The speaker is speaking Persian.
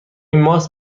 ماست